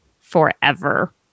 forever